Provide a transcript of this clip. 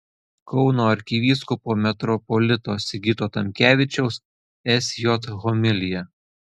kauno arkivyskupo metropolito sigito tamkevičiaus sj homilija